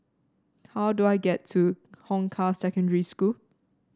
how do I get to Hong Kah Secondary School